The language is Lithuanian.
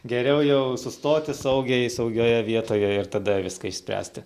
geriau jau sustoti saugiai saugioje vietoje ir tada viską išspręsti